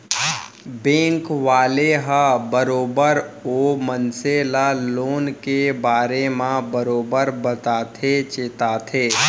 bank वाले ह बरोबर ओ मनसे ल लोन के बारे म बरोबर बताथे चेताथे